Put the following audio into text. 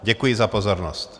Děkuji za pozornost.